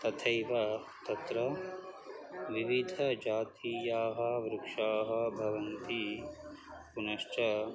तथैव तत्र विविधजातयः वृक्षाः भवन्ति पुनश्च